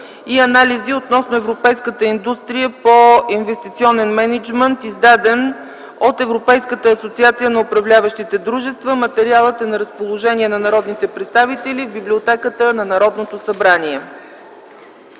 и анализи относно европейската индустрия по инвестиционен мениджмънт, издаден от Европейската асоциация на управляващите дружества. Материалът е на разположение на народните представители в Библиотеката на Народното събрание.